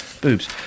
boobs